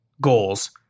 goals